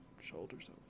shoulders